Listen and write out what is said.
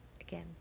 again